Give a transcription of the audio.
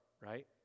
right